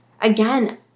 Again